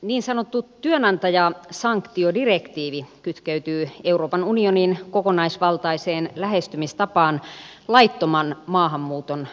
niin sanottu työnantajasanktiodirektiivi kytkeytyy euroopan unionin kokonaisvaltaiseen lähestymistapaan laittoman maahanmuuton vähentämiseksi